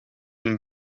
een